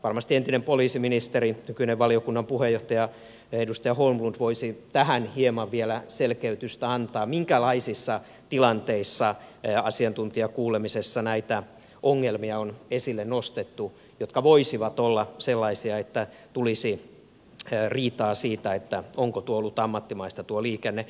varmasti entinen poliisiministeri nykyinen valiokunnan puheenjohtaja edustaja holmlund voisi tähän hieman vielä selkeytystä antaa minkälaisissa tilanteissa asiantuntijakuulemisessa on esille nostettu näitä ongelmia jotka voisivat olla sellaisia että tulisi riitaa siitä onko tuo liikenne ollut ammattimaista